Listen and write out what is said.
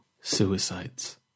Suicides